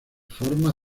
forma